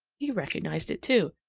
he recognized it, too,